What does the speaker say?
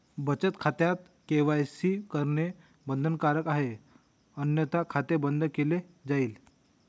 बचत खात्यात के.वाय.सी करणे बंधनकारक आहे अन्यथा खाते बंद केले जाईल